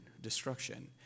destruction